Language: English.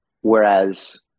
Whereas